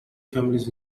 families